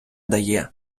дає